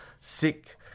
sick